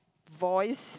voice